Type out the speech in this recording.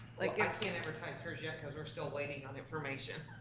like i can't advertise hers yet cause we're still waiting on information.